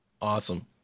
Awesome